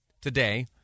today